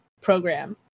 program